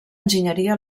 enginyeria